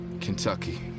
Kentucky